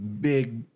big